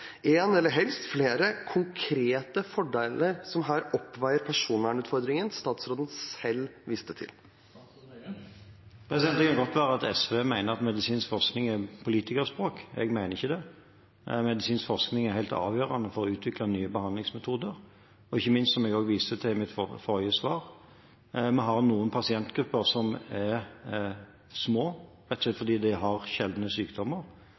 eller helst flere konkrete fordeler som oppveier personvernutfordringen som statsråden selv viste til? Det kan godt være at SV mener at medisinsk forskning er politikerspråk. Jeg mener ikke det. Medisinsk forskning er helt avgjørende for å utvikle nye behandlingsmetoder. Ikke minst har vi, som jeg viste til i mitt forrige svar, noen pasientgrupper som er små, rett og slett fordi de har sjeldne sykdommer.